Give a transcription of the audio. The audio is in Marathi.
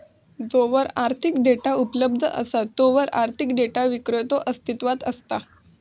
जोवर आर्थिक डेटा उपलब्ध असा तोवर आर्थिक डेटा विक्रेतो अस्तित्वात असता